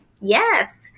Yes